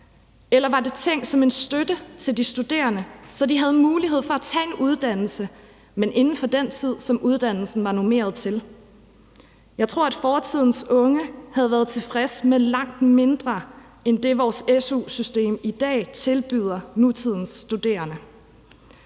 eller var det tænkt som en støtte til de studerende, så de havde mulighed for at tage en uddannelse, men inden for den tid, som uddannelsen er normeret til. Jeg tror, at fortidens unge havde været tilfredse med langt mindre end det, vores su-system i dag tilbyder nutidens studerende.